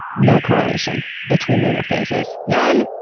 no correlation between lunar phases. none!